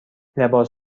لباس